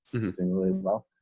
he's doing really well.